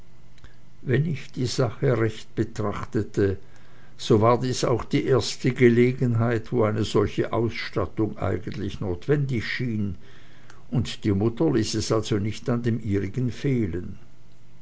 wenn ich die sache recht betrachtete so war dies auch die erste gelegenheit wo eine solche ausstattung eigentlich notwendig schien und die mutter ließ es also nicht an dem ihrigen fehlen